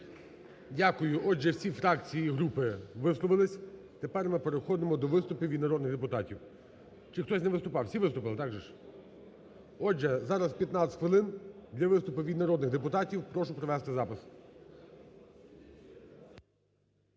Дякую. Отже, всі фракції і групи висловились, тепер ми переходимо до виступів від народних депутатів. Чи хтось не виступав? Всі виступили, так же ж? Отже, зараз 15 хвилин для виступів народних депутатів, прошу провести запис.